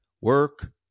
Work